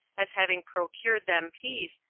as having procured them peace,